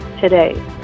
today